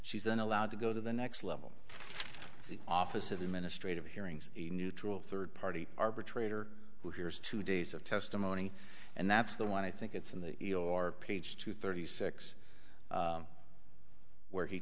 she's then allowed to go to the next level the office of the ministry of hearings a neutral third party arbitrator who hears two days of testimony and that's the one i think it's in the page two thirty six where he